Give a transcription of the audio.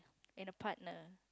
in a partner